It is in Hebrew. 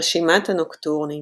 רשימת הנוקטורנים